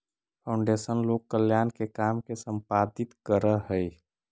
foundation लोक कल्याण के काम के संपादित करऽ हई